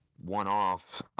one-off